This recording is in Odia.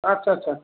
ଆଚ୍ଛା ଆଚ୍ଛା